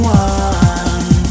one